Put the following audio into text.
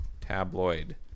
tabloid